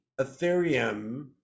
Ethereum